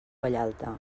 vallalta